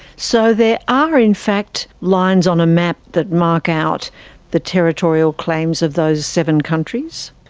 so there are in fact lines on a map that mark out the territorial claims of those seven countries?